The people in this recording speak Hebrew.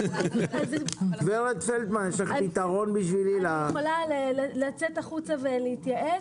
אני יכולה לצאת החוצה ולהתייעץ.